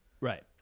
right